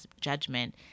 judgment